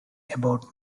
about